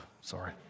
Sorry